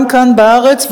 גם כאן בארץ,